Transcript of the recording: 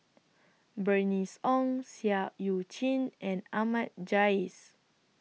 Bernice Ong Seah EU Chin and Ahmad Jais